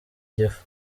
gifu